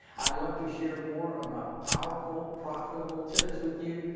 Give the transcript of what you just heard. i'd love to share more of my powerful profitable tips with you.